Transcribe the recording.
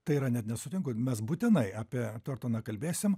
tai yra net nesutiku mes būtinai apie tortoną kalbėsim